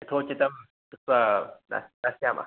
यथोचितं कृत्वा द दास्यामः